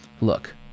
look